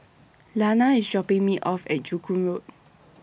Lana IS dropping Me off At Joo Koon Road